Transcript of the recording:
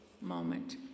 moment